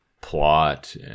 plot